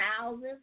houses